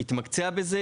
והתמקצע בזה.